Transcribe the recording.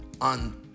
on